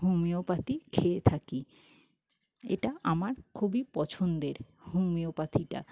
homeopathy খেয়ে থাকি এটা আমার খুবই পছন্দের হোমিওপাথিটা